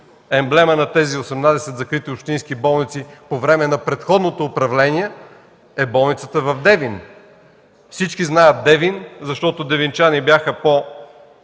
Емблема на тези 18 закрити общински болници по време на предходното управление е болницата в Девин! Всички знаят Девин, защото девинчани бяха по-гръмогласни,